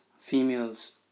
females